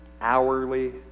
hourly